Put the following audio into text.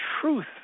truth